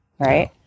right